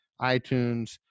iTunes